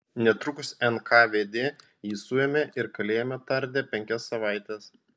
netrukus nkvd jį suėmė ir kalėjime tardė penkias savaites